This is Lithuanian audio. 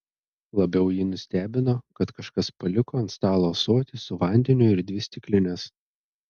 labiau jį nustebino kad kažkas paliko ant stalo ąsotį su vandeniu ir dvi stiklines